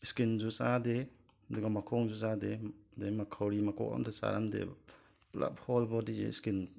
ꯁ꯭ꯀꯤꯟꯁꯨ ꯆꯥꯗꯦ ꯑꯗꯨꯒ ꯃꯈꯣꯡꯁꯨ ꯆꯥꯗꯦ ꯑꯗꯒꯤ ꯃꯈꯧꯔꯤ ꯃꯀꯣꯛ ꯑꯃꯇ ꯆꯥꯔꯝꯗꯦꯕ ꯄꯨꯂꯞ ꯍꯣꯜ ꯕꯣꯗꯤꯁꯦ ꯁ꯭ꯀꯤꯟ